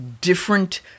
different